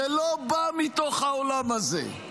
שלא בא מתוך העולם הזה.